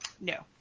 No